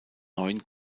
neuen